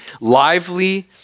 lively